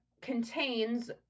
Contains